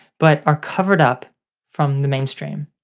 but are covered up from the mainstream.